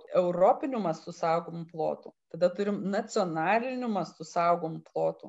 europiniu mastu saugomų plotų tada turim nacionaliniu mastu saugomų plotų